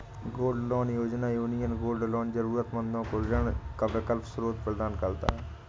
gold loan योजना, union gold loan जरूरतमंदों को ऋण का वैकल्पिक स्रोत प्रदान करता है